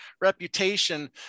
reputation